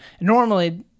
normally